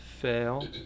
fail